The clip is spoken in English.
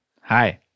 Hi